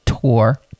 tour